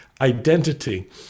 identity